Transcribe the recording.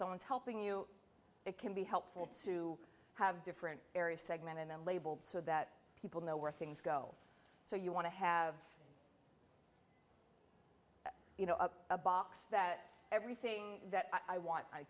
someone's helping you it can be helpful to have different areas segmented them labeled so that people know where things go so you want to have you know a box that everything that i want